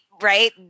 right